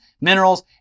minerals